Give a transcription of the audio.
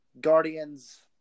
Guardians